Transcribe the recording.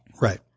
Right